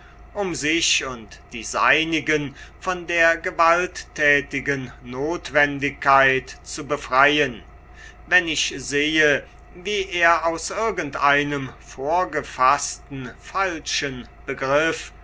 um sich und die seinigen von der gewalttätigen notwendigkeit zu befreien wenn ich sehe wie er aus irgendeinem vorgefaßten falschen begriff